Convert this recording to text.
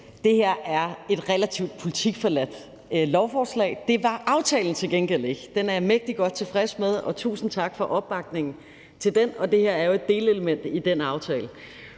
det her er et relativt politikforladt lovforslag. Det er aftalen til gengæld ikke, den er jeg mægtig godt tilfreds med, og tusind tak for opbakningen til den. Det her er jo et delelement i den aftale.